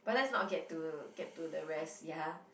but let's not get to get to the rest ya